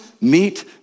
meet